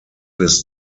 his